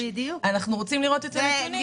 אנחנו רוצים לראות את הנתונים,